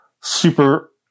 super